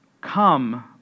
come